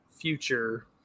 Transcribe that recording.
future